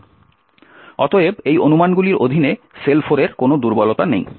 অতএব এই অনুমানগুলির অধীনে SeL4 এর কোনও দুর্বলতা নেই